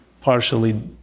partially